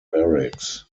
barracks